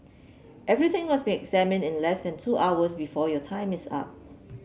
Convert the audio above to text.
everything must be examined in less and two hours before your time is up